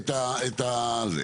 את זה.